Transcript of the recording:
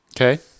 Okay